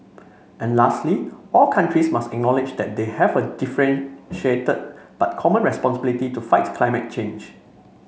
and lastly all countries must acknowledge that they have a differentiated but common responsibility to fight climate change